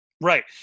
right